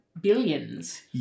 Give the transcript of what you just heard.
billions